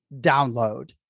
download